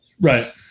right